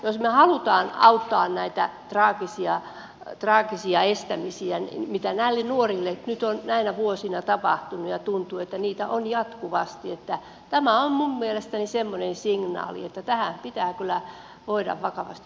jos me haluamme estää näitä traagisia asioita mitä näille nuorille nyt on näinä vuosina tapahtunut ja tuntuu että niitä on jatkuvasti niin tämä on minun mielestäni semmoinen signaali että tähän pitää kyllä voida vakavasti puuttua